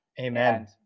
Amen